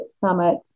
summit